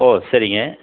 ஓ சரிங்க